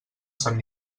sant